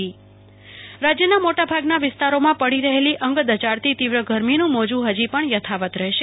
કલ્પના શાહ હવામાન રાજ્યના મોટા ભાગના વિસ્તારોમાં પડી રહેલી અંગ દઝાડતી તીવ્ર ગરમીનું મોજું હજી પણ યથાવત રહેશે